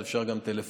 אז אפשר גם טלפונית.